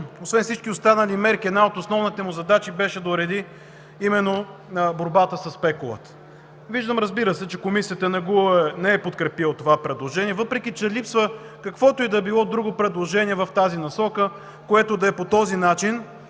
Освен всички останали мерки в него, една от основните му задачи беше да уреди именно борбата със спекулата. Виждам, разбира се, че Комисията не е подкрепила предложението, въпреки че липсва каквото и да било друго предложение в тази насока, което да е по този начин